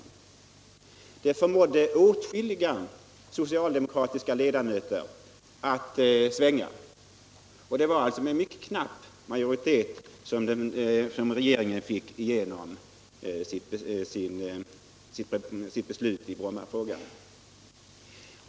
Dessa beräkningar förmådde åtskilliga socialdemokratiska ledamöter att svänga. Det var med mycket knapp majoritet som regeringen fick igenom sitt förslag i Brommafrågan.